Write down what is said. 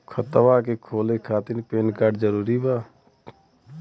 खतवा के खोले खातिर पेन कार्ड जरूरी बा?